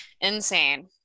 Insane